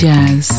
Jazz